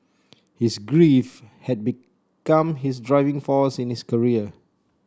his grief had become his driving force in his career